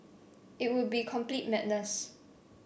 it would be complete madness